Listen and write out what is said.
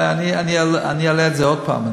אני אעלה את זה עוד פעם,